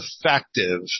effective